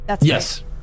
Yes